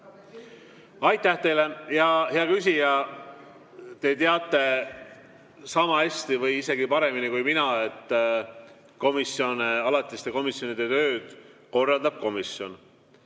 Aitäh teile! Hea küsija, te teate sama hästi või isegi paremini kui mina, et alatiste komisjonide tööd korraldab komisjon.